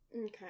Okay